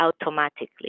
automatically